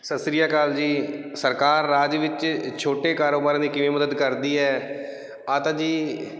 ਸਤਿ ਸ਼੍ਰੀ ਅਕਾਲ ਜੀ ਸਰਕਾਰ ਰਾਜ ਵਿੱਚ ਛੋਟੇ ਕਾਰੋਬਾਰਾਂ ਦੀ ਕਿਵੇਂ ਮਦਦ ਕਰਦੀ ਹੈ ਆਹ ਤਾਂ ਜੀ